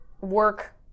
work